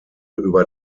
über